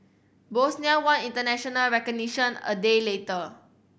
Bosnia won international recognition a day later